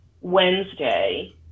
Wednesday